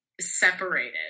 separated